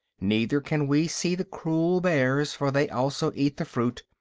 neither can we see the cruel bears, for they also eat the fruit.